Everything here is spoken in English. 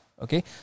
Okay